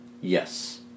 Yes